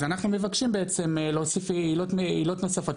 אז אנחנו מבקשים בעצם להוסיף עילות נוספות.